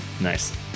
Nice